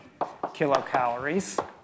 kilocalories